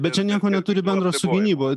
bet čia nieko neturi bendro su gynyba